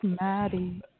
Maddie